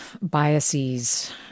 biases